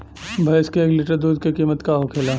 भैंस के एक लीटर दूध का कीमत का होखेला?